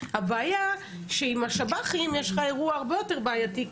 הבעיה שעם השב"חים יש לך אירוע הרבה יותר בעייתי,